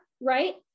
Right